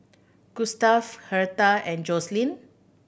Gustave Hertha and Joseline